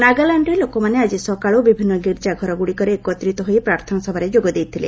ନାଗାଲାଣ୍ଡରେ ଲୋକମାନେ ଆଜି ସକାଳୁ ବିଭିନ୍ନ ଗୀର୍ଜା ଘରଗୁଡ଼ିକରେ ଏକତ୍ରିତ ହୋଇ ପ୍ରାର୍ଥନା ସଭାରେ ଯୋଗ ଦେଇଥିଲେ